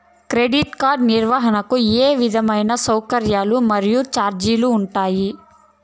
Credit card నిర్వహణకు ఏ విధమైన సౌకర్యాలు మరియు చార్జీలు ఉంటాయా?